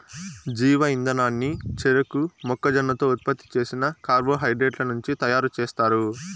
జీవ ఇంధనాన్ని చెరకు, మొక్కజొన్నతో ఉత్పత్తి చేసిన కార్బోహైడ్రేట్ల నుంచి తయారుచేస్తారు